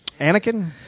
Anakin